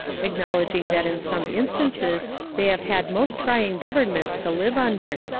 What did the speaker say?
acknowledging that in some instances they have had most trying governments to live under,